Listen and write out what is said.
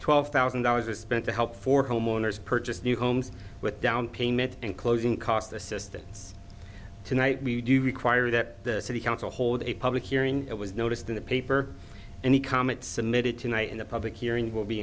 twelve thousand dollars is spent to help for homeowners purchase new homes with down payment and closing costs assistance tonight we do require that the city council hold a public hearing it was noticed in the paper any comment submitted tonight in the public hearing will be